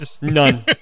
None